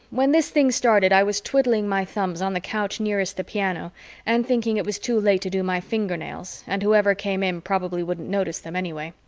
when this thing started, i was twiddling my thumbs on the couch nearest the piano and thinking it was too late to do my fingernails and whoever came in probably wouldn't notice them anyway.